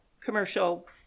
commercial